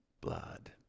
blood